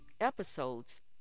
episodes